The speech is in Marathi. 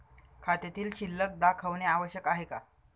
खात्यातील शिल्लक दाखवणे आवश्यक आहे का?